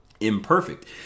imperfect